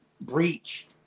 breach